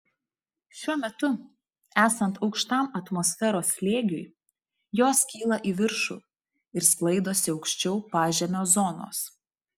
šiuo metu esant aukštam atmosferos slėgiui jos kyla į viršų ir sklaidosi aukščiau pažemio zonos